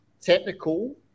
technical